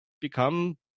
become